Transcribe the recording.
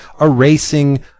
erasing